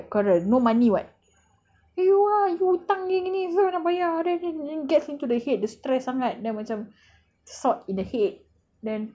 okay imagine like husband and wife quarrel no money [what] you you ah yo hutang ni ni ni siapa nak bayar gets into the head dia stress sangat then macam